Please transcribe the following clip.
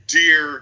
dear